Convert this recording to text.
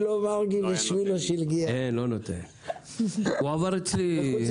אני רוצה